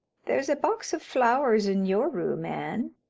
there's a box of flowers in your room, anne.